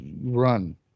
run